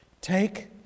Take